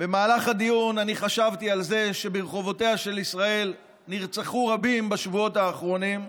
אני חשבתי על זה שברחובותיה של ישראל נרצחו רבים בשבועות האחרונים,